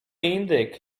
indyk